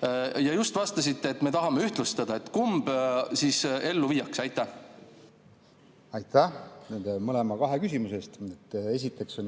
aga just vastasite, et me tahame ühtlustada. Kumb siis ellu viiakse? Aitäh mõlema, kahe küsimuse eest! Esiteks,